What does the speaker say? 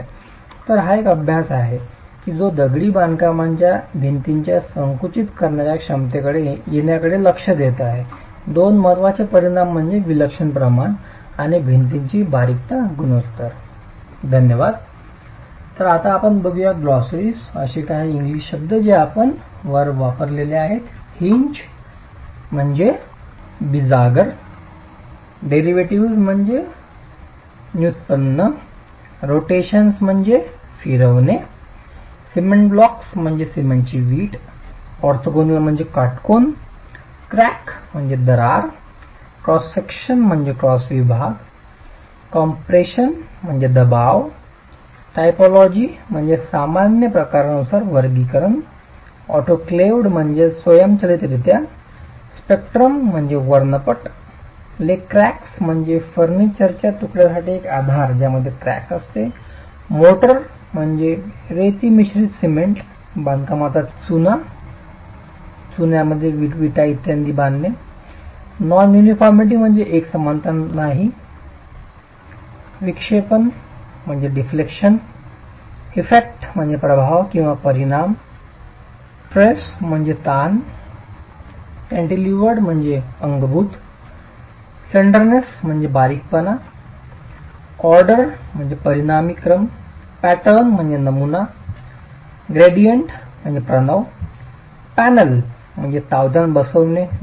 तर हा एक अभ्यास आहे जो की दगडी बांधकामाच्या भिंतीच्या संकुचित करण्याच्या क्षमतेकडे येण्याकडे लक्ष देत आहे दोन महत्त्वाचे परिणाम म्हणजे विलक्षण प्रमाण आणि भिंतीची बारीकता गुणोत्तर